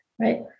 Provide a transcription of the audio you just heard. right